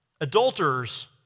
adulterers